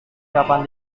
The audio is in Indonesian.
kapan